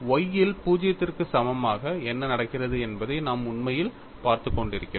y இல் 0 க்கு சமமாக என்ன நடக்கிறது என்பதை நாம் உண்மையில் பார்த்துக் கொண்டிருக்கிறோம்